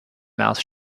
mouth